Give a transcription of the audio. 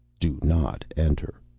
do not enter.